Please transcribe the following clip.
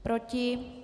Proti?